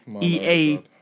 EA